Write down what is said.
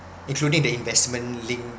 including the investment linked